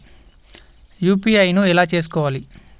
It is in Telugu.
యూ.పీ.ఐ ను ఎలా చేస్కోవాలి?